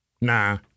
Nah